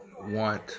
want